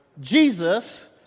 Jesus